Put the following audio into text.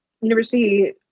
University